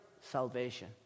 salvation